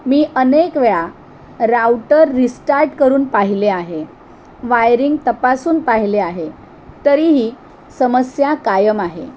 मी अनेक वेळा router restart करून पाहिले आहे वायरिंग तपासून पाहिले आहे तरीही समस्या कायम आहे